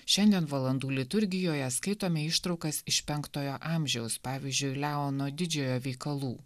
šiandien valandų liturgijoje skaitome ištraukas iš penktojo amžiaus pavyzdžiui leono didžiojo veikalų